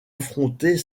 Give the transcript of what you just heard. affronter